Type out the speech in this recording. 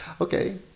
Okay